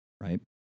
right